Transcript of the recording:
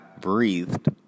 breathed